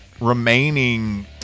remaining